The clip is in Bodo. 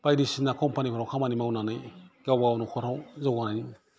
बायदिसिना कम्पानिफ्राव खामानि मावनानै गाव गाव नखराव जौगानाय